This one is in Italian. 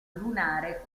lunare